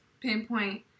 pinpoint